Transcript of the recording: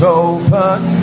open